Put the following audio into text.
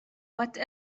what